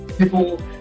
People